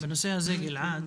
לא, אבל בנושא הזה, גלעד,